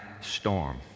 storm